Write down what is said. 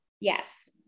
Yes